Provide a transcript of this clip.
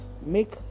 make